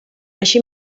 així